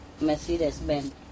Mercedes-Benz